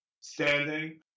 standing